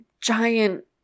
giant